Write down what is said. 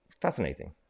Fascinating